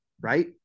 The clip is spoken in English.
right